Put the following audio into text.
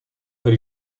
per